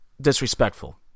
disrespectful